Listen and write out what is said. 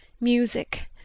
music